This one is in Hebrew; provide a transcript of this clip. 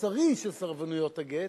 המוסרי של סרבניות הגט,